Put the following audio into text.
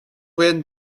werden